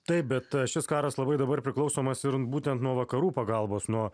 taip bet šis karas labai dabar priklausomas ir būtent nuo vakarų pagalbos nuo